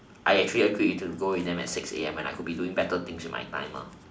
I actually agreed to go with them at six A_M when I could have been doing better things with my life